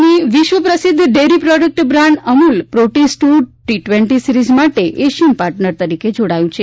રાજ્યની વિશ્વ પ્રસિદ્ધ dairy product brand Amul Proteas tour T twenty series માટે એશિયન પાર્ટનર તરીકે જોડાયું છે